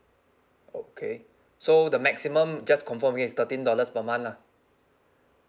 okay so the maximum just confirm again is thirteen dollars per month lah